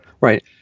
Right